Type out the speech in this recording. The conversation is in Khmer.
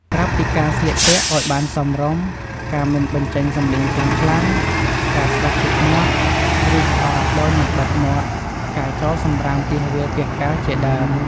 ប្រាប់់ពីការស្លៀកពាក់ឱ្យបានសមរម្យ ការមិនបញ្ចេញសំឡេងខ្លាំងៗ ការស្ដោះទឹកមាត់ ឬក្អកដោយមិនបិទមាត់ការចោលសំរាមពាសវាលពាសកាលជាដើម។